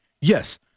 Yes